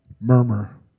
murmur